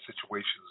situations